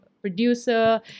producer